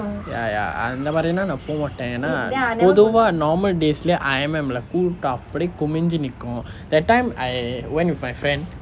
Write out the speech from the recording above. ya ya அந்த மாதிரினா நான் போ மாட்டேன் பொதுவா:antha maathirinaa naan po maten pothuvaa normal days lah I_M_M இல்லே:illae pool top அப்படியே குமிஞ்சு நிக்கும்:appadiye kuminchu nikkum that time I went with my friend